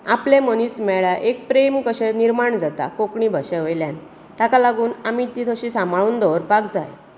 आपले मनीस मेळ्यार एक प्रेम कशे निर्माण जाता कोंकणी भाशेवयल्यान ताका लागून आमी ती तशी सांबाळून दवरपाक जाय